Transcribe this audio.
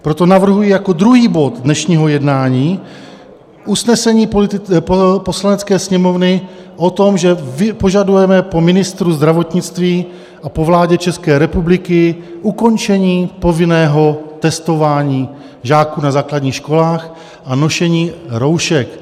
Proto navrhuji jako druhý bod dnešního jednání usnesení Poslanecké sněmovny o tom, že požadujeme po ministru zdravotnictví a po vládě České republiky ukončení povinného testování žáků na základních školách a nošení roušek.